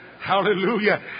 Hallelujah